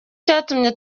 cyatuma